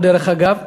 דרך אגב.